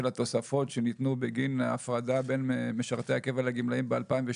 התוספות שניתנו בגין ההפרדה בין משרתי הקבע לגמלאים ב-2012.